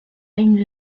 une